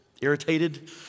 irritated